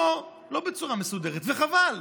או לא בצורה מסודרת, וחבל.